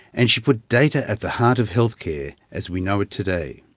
and she put data at the heart of healthcare as we know it today.